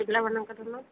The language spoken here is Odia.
ପିଲାମାନଙ୍କର ନାଁ